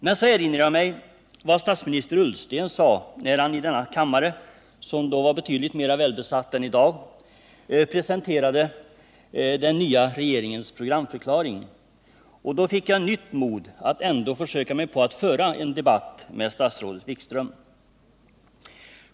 Men så erinrar jag mig vad statsminister Ullsten 83 sade när han här i denna kammare — som då var betydligt mer välbesatt än i dag — presenterade den nya regeringens programförklaring, och då fick jag nytt mod att ändå försöka mig på att föra en debatt med statsrådet Wikström.